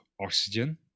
oxygen